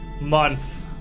month